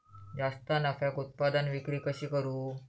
जास्त नफ्याक उत्पादन विक्री कशी करू?